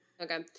Okay